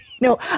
No